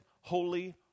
holy